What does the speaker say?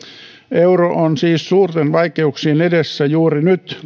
euro on siis suurten vaikeuksien edessä juuri nyt